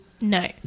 No